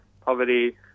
poverty